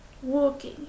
walking